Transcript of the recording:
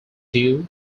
due